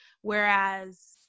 Whereas